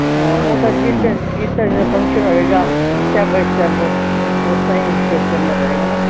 ਹਾਂ ਉਹ ਤਾਂ ਜਿਸ ਜਿਸ ਤਰ੍ਹਾਂ ਦਾ ਫੰਕਸ਼ਨ ਹੋਏਗਾ ਸਟੈੱਪ ਬਾਏ ਸਟੈੱਪ ਉਸ ਤਰ੍ਹਾਂ ਹੀ ਛੂਟ ਕਰਨਾ ਪਏਗਾ ਨਾ